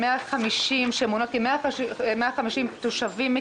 שמונות כ-150,000 תושבים,